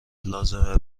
لازمه